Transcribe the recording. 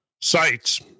Sites